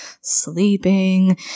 sleeping